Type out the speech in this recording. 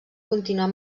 continuar